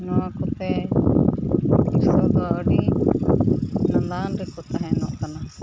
ᱱᱚᱣᱟ ᱠᱚᱛᱮ ᱠᱨᱤᱥᱚᱠᱫᱚ ᱟᱹᱰᱤ ᱨᱮᱠᱚ ᱛᱟᱦᱮᱱᱚᱜ ᱠᱟᱱᱟ